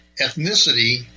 ethnicity